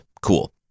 Cool